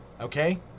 Okay